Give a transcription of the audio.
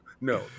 No